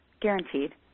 guaranteed